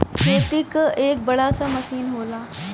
खेती क एक बड़ा सा मसीन होला